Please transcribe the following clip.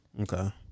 Okay